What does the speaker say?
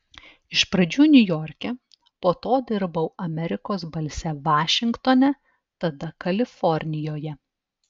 iš pradžių niujorke po to dirbau amerikos balse vašingtone tada kalifornijoje